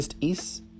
east